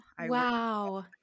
Wow